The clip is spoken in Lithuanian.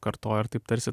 kartoja ir taip tarsi